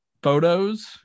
Photos